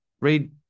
read